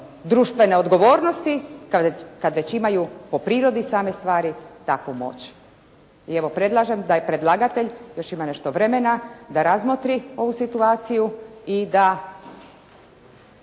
društvene odgovornosti kada već imaju po prirodi same stvari takvu moć. I evo predlažem da i predlagatelj, još ima nešto vremena da razmotri ovu situaciju i da